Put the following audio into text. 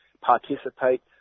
participate